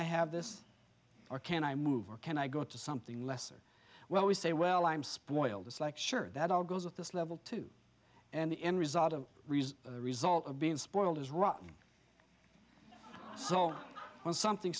this or can i move or can i go to something lesser well we say well i'm spoiled it's like sure that all goes at this level too and the end result of the result of being spoiled is rotten so when something